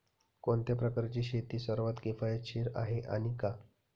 कोणत्या प्रकारची शेती सर्वात किफायतशीर आहे आणि का?